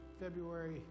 February